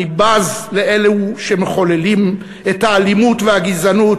אני בז לאלו שמחוללים את האלימות והגזענות,